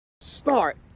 start